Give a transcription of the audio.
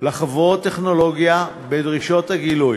לחברות טכנולוגיה בדרישות הגילוי,